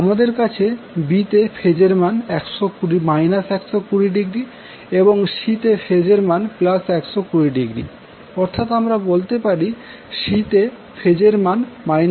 আমাদের কাছে B তে ফেজের মান 120০ এবং C তে ফেজের মান 120০ অর্থাৎ আমরা বলতে পারি C তে ফেজের মান 240 ০ রয়েছে